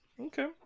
okay